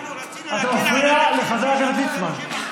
אנחנו רצינו, אתה מפריע לחבר הכנסת ליצמן.